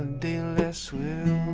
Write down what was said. day less will